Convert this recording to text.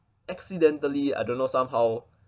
accidentally I don't know somehow